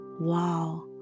wow